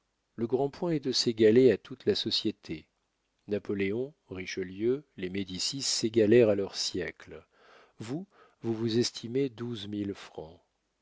le grand point est de s'égaler à toute la société napoléon richelieu les médicis s'égalèrent à leur siècle vous vous vous estimez douze mille francs